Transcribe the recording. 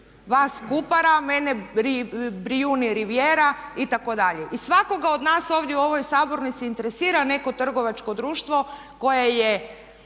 vas Kupara, a mene Brijuni rivijera itd. I svakoga od nas ovdje u ovoj sabornici interesira neko trgovačko društvo koje je